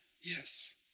yes